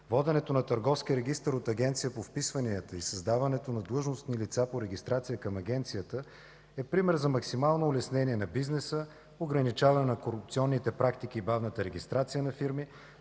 воденето на Търговски регистър от Агенция по вписванията и създаването на длъжности „лица по регистрация” към Агенцията е пример за максимално улеснение на бизнеса, ограничаване на корупционните практики и бавната регистрация на фирми,